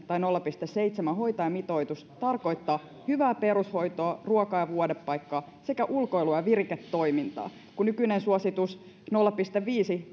tai nolla pilkku seitsemän hoitajamitoitus tarkoittaa hyvää perushoitoa ruokaa ja vuodepaikkaa sekä ulkoilua ja viriketoimintaa kun nykyinen suositus nolla pilkku viisi